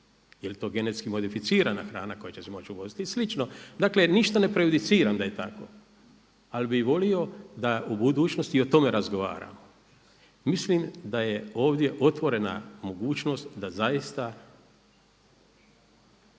Je li to genetski modificirana hrana koja će se moći uvoziti i slično. Dakle, ništa ne prejudiciram da je tako, ali bih volio da u budućnosti i o tome razgovaramo. Mislim da je ovdje otvorena mogućnost da zaista